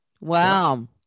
Wow